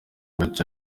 buke